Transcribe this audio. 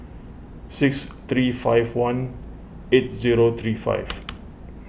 six three five one eight zero three five